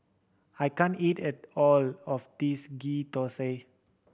I can't eat at all of this Ghee Thosai